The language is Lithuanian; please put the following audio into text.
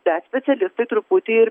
bet specialistai truputį ir